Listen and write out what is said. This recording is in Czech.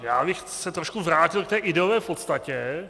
Já bych se trochu vrátil k té ideové podstatě.